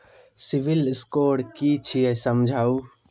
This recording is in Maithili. सिविल स्कोर कि छियै समझाऊ?